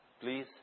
Please